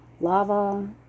Lava